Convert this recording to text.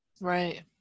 Right